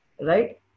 right